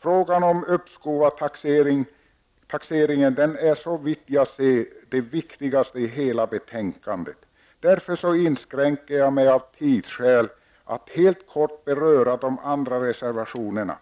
Frågan om uppskov av taxeringen är såvitt jag kan se den viktigaste i hela betänkandet. Därför inskränker jag mig till att helt kort beröra de andra reservationerna.